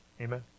Amen